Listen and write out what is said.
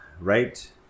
right